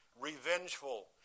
revengeful